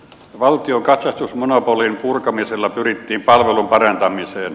valtion katsastusmonopolin purkamisella pyrittiin palvelun parantamiseen